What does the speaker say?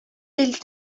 тел